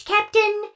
Captain